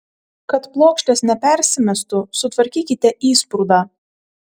kad plokštės nepersimestų sutvarkykite įsprūdą